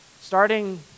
starting